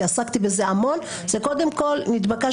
כי עסקתי בזה המון זה קודם כול מתבקשים